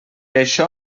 això